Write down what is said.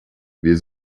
wir